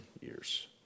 years